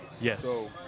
Yes